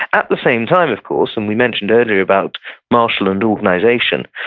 at the same time, of course, and we mentioned earlier about marshall and organization,